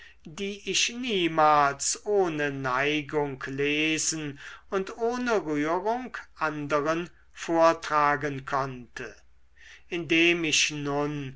die ich niemals ohne neigung lesen und ohne rührung anderen vortragen konnte indem ich nun